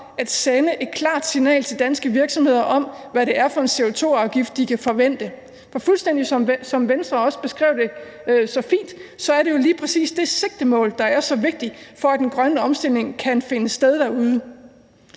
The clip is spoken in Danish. at sende et klart signal til danske virksomheder om, hvad det er for en CO2-afgift, de kan forvente. For fuldstændig som Venstres ordfører også beskrev det så fint, er det jo lige præcis det sigtemål, der er så vigtigt, for at den grønne omstilling kan finde sted derude.